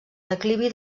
declivi